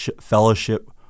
fellowship